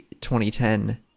2010